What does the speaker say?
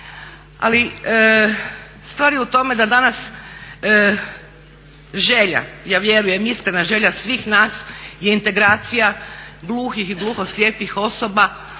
Ali stvar je u tome da danas želja, ja vjerujem, iskrena želja svih nas je integracija gluhih i gluhoslijepih osoba